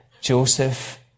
joseph